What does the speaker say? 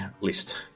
list